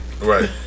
Right